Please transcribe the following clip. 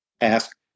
ask